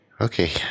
Okay